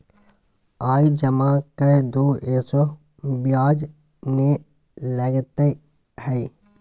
आय जमा कर दू ऐसे ब्याज ने लगतै है?